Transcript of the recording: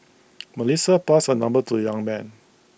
Melissa passed her number to the young man